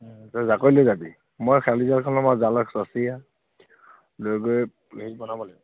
অঁ তই জাকৈ লৈ যাবি মই খেয়ালি জালখন ল'ম আৰু জালৰ চচিয়া লৈ গৈ হেৰি বনাব লাগিব